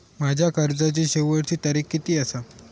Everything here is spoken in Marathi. माझ्या कर्जाची शेवटची तारीख किती आसा?